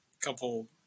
couple